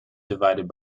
divided